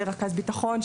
לרכז ביטחון,